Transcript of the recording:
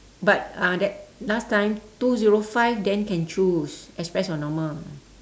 but uh that last time two zero five then can choose express or normal